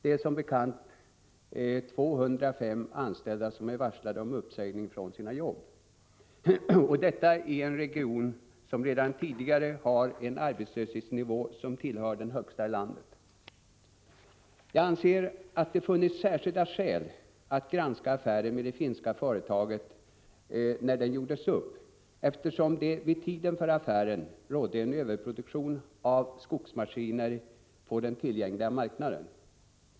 Det är som bekant 205 anställda som är varslade om uppsägning från sina jobb, och detta i en region som redan tidigare har en arbetslöshetsnivå som tillhör den högsta i landet. Jag anser attt det hade funnits särskilda skäl att granska affären med det finska företaget när den gjordes upp, eftersom det vid tiden för affären rådde en överproduktion av skogsmaskiner på den tillgängliga marknaden.